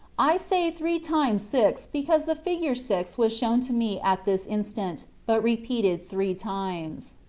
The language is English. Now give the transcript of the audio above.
i say three times six because the figure six was shown to me at this instant, but repeated three times.